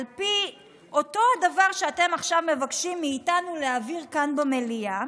ועל פי אותו הדבר שאתם עכשיו מבקשים מאיתנו להעביר כאן במליאה,